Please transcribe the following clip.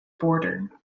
border